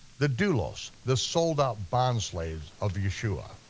the doulos, the sold out bond slaves of yeshua.